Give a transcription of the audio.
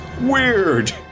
weird